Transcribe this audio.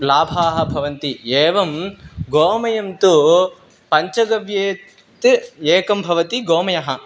लाभाः भवन्ति एवं गोमयं तु पञ्चगव्येन तत् एकं भवति गोमयः